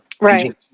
Right